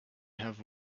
have